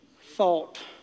thought